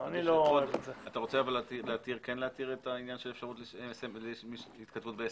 אתה רוצה להסיר את העניין של התכתבות ב-SMS?